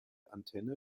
antenne